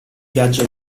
viaggio